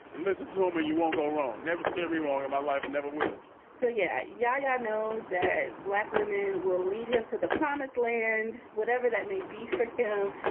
listentome are you won't go wrong. never steered me wrong in my life. never will so, yeah, yeah, yeah. i knows that black women will lead him to the promised land, whatever that may be for him.